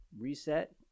reset